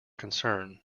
concern